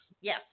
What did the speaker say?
Yes